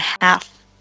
half